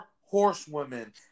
horsewomen